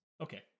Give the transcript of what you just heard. Okay